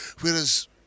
whereas